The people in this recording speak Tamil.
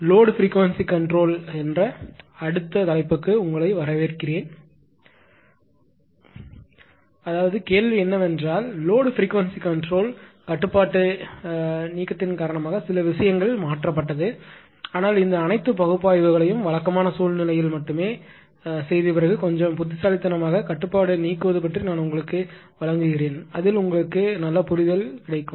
எனவே லோடு பிரிகுவென்ஸி கண்ட்ரோல் என்ற அடுத்த தலைப்புக்கு வரவேற்கிறேன் அதாவது கேள்வி என்னவென்றால் லோடு பிரிகுவென்ஸி கண்ட்ரோல் கட்டுப்பாட்டு நீக்கத்தின் காரணமாக சில விஷயங்கள் மாற்றப்பட்டது ஆனால் இந்த அனைத்து பகுப்பாய்வுகளையும் வழக்கமான சூழ்நிலையில் மட்டுமே செய்த பிறகு கொஞ்சம் புத்திசாலித்தனமாக கட்டுப்பாடு நீக்குவது பற்றி நான் உங்களுக்கு வழங்குகிறேன் அதில் உங்களுக்கு நல்ல புரிதல் இருக்கும்